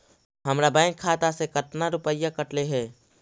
हमरा बैंक खाता से कतना रूपैया कटले है?